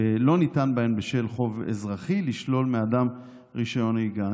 שלא ניתן בהן לשלול מאדם רישיון נהיגה בשל חוב אזרחי.